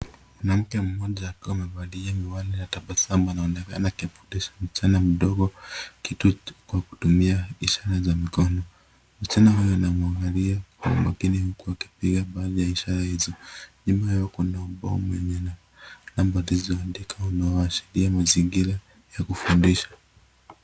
Mwanamke mmoja akiwa amevalia miwani ana tabasamu anaonekana akimfundisha msichana mdogo kwa kutumia ishara ya mkono. Msichana huyo anamwangilia kwa umakini huku akipiga baadhi ya ishara hizo. Nyuma yao kuna ubao unao zingatia mazingira ya kufundisha.